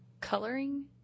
coloring